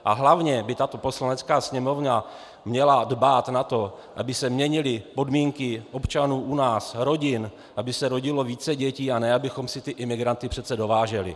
A hlavně by tato Poslanecká sněmovna měla dbát na to, aby se měnily podmínky občanů u nás, rodin, aby se rodilo více dětí, a ne abychom si imigranty dováželi.